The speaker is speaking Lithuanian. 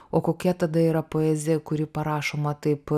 o kokia tada yra poezija kuri parašoma taip